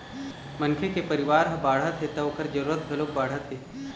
मनखे के परिवार ह बाढ़त हे त ओखर जरूरत घलोक बाढ़त हे